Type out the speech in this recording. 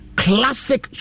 classic